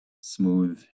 smooth